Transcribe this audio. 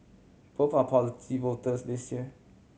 both are policy voters this year